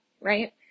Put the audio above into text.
right